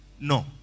No